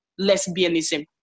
lesbianism